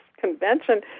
convention